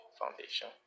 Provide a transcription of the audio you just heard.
foundation